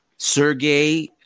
Sergey